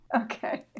Okay